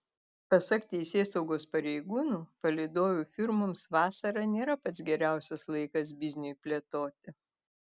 pasak teisėsaugos pareigūnų palydovių firmoms vasara nėra pats geriausias laikas bizniui plėtoti